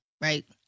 right